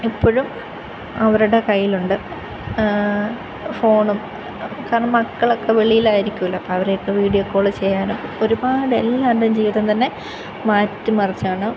ഇപ്പോഴും അവരുടെ കയ്യിൽ ഉണ്ട് ഫോണും കാരണം മക്കളൊക്കെ വെളിയിലായിരിക്കുമല്ലോ അപ്പം അവരെയൊക്കെ വീഡിയോ കോൾ ചെയ്യാനും ഒരുപാട് എല്ലാവരുടെ ജീവിതം തന്നെ മാറ്റിമറിച്ചാണ്